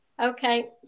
Okay